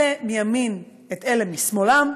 אלה מימין את אלה משמאלם,